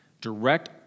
direct